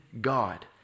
God